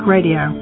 Radio